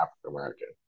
African-American